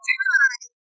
time